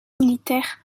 militaire